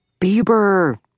Bieber